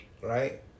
right